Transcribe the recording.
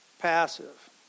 passive